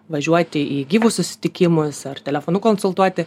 važiuoti į gyvus susitikimus ar telefonu konsultuoti